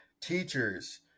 teachers